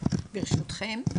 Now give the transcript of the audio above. ברשותכם.